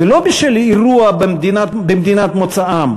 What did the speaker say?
ולא בשל אירוע במדינת מוצאם,